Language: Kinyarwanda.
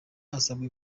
asabwa